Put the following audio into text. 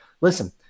listen